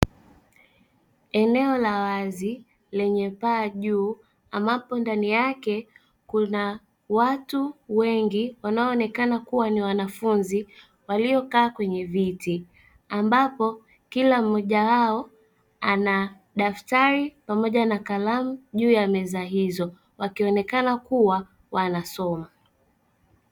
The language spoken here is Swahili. Eneo la wazi lenye paa juu ambapo ndani yake kuna watu wengi wanaoonekana kuwa ni wanafunzi waliokaa kwenye viti, ambapo kila mmoja wao ana daftari pamoja na kalamu juu ya meza hizo, wakionekana kuwa wanasoma.